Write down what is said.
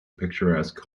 picturesque